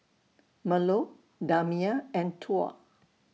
Melur Damia and Tuah